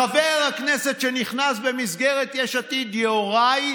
חבר הכנסת שנכנס במסגרת יש עתיד, יוראי,